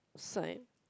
sign